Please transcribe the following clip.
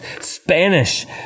Spanish